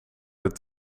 het